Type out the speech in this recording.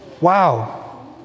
Wow